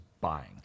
buying